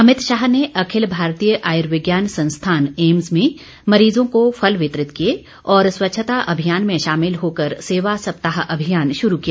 अमित शाह ने अखिल भारतीय आयुर्विज्ञान संस्थान एम्स में मरीजों को फल वितरित किए और स्वच्छता अभियान में शामिल होकर सेवा सप्ताह अभियान शुरू किया